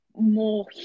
more